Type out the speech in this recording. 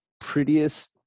prettiest